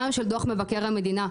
גם של דוח המבקר שלנו,